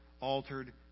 altered